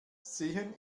sehen